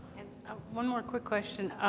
um one more quick question.